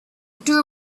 two